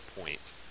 point